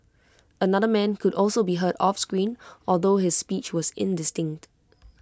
another man could also be heard off screen although his speech was indistinct